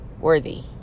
Worthy